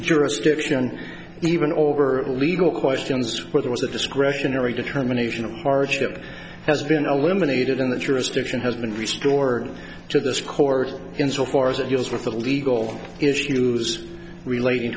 jurisdiction even over legal questions where there was a discretionary determination of hardship has been eliminated in the jurisdiction has been restored to this court insofar as it us with the legal issues relating